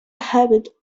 habit